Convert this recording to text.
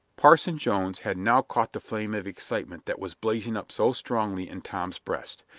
parson jones had now caught the flame of excitement that was blazing up so strongly in tom's breast.